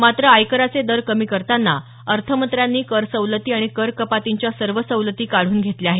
मात्र आयकराचे दर कमी करताना अर्थमंत्र्यांनी करसवलती आणि कर कपातींच्या सर्व सवलती काढून घेतल्या आहेत